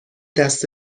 دست